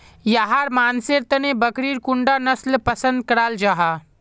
याहर मानसेर तने बकरीर कुंडा नसल पसंद कराल जाहा?